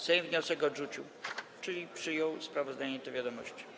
Sejm wniosek odrzucił, czyli przyjął sprawozdanie do wiadomości.